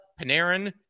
Panarin